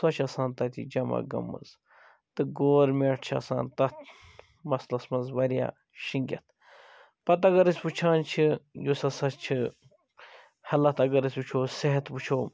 سۄ چھِ آسان تَتہِ جمع گٔمٕژ تہٕ گورمٮ۪ٹھ چھِ آسان تتھ مَسلَس مَنٛز واریاہ شۅنٛگِتھ پَتہٕ اگر أسۍ وُچھان چھِ یۅس ہَسا چھِ ہیٚلتھ اگر أسۍ وُچھو صحت وُچھو